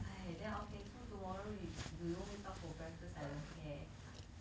!aiya! then okay so tomorrow you you don't wake up for breakfast I don't care